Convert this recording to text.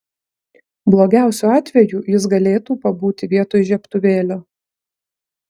blogiausiu atveju jis galėtų pabūti vietoj žiebtuvėlio